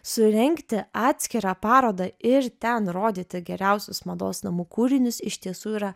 surengti atskirą parodą ir ten rodyti geriausius mados namų kūrinius iš tiesų yra